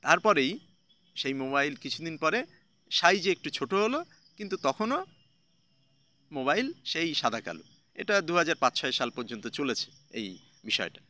তারপরেই সেই মোবাইল কিছু দিন পরে সাইজে একটু ছোটো হল কিন্তু তখনও মোবাইল সেই সাদা কালো এটা দু হাজার পাঁচ ছয় সাল পর্যন্ত চলেছে এই বিষয়টা